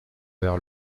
vers